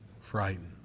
frightened